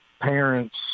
parents